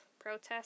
protests